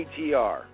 ATR